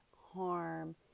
harm